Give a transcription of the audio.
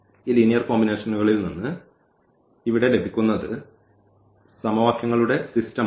ഈ ലീനിയർ കോമ്പിനേഷനുകളിൽ നിന്ന് ഇവിടെ ലഭിക്കുന്നത് സമവാക്യങ്ങളുടെ സിസ്റ്റംആണ്